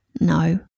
No